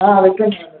ആ അതൊക്കെ ആണ്